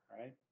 right